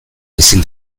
ezin